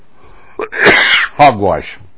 Hogwash